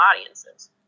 audiences